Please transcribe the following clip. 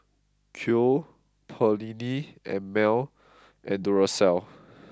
Qoo Perllini and Mel and Duracell